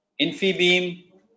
InfiBeam